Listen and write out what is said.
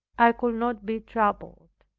i could not be troubled.